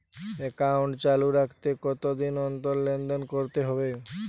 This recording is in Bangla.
একাউন্ট চালু রাখতে কতদিন অন্তর লেনদেন করতে হবে?